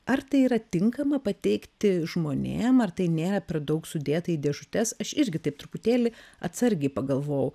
ar tai yra tinkama pateikti žmonėm ar tai nėra per daug sudėta į dėžutes aš irgi taip truputėlį atsargiai pagalvojau